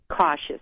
cautious